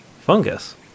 Fungus